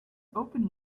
opening